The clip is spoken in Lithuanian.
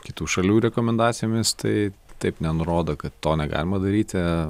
kitų šalių rekomendacijomis tai taip nenurodo kad to negalima daryti